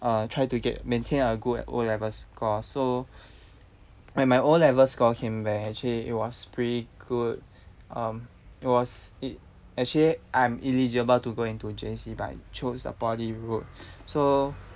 uh try to get maintain a good O level score so when my O level score came back actually it was pretty good um it was i~ actually I'm eligible to go into J_C but chose the poly route so